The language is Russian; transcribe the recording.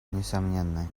несомненно